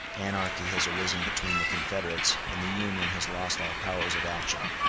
anarchy has arisen between the confederates, and the union has lost all powers of action.